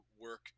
work